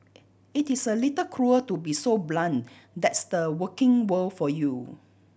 it is a little cruel to be so blunt that's the working world for you